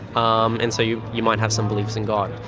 um and so you you might have some beliefs in god.